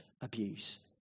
abuse